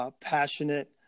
Passionate